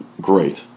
great